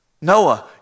Noah